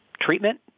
treatment